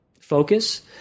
focus